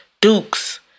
Dukes